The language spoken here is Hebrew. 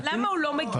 למה הוא לא מגיע?